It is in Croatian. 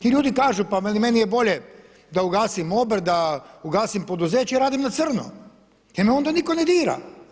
Ti ljudi kažu pa veli, meni je bolje da ugasim obrt, da ugasim poduzeće i radim na crno jer me onda nitko ne dira.